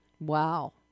Wow